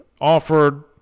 offered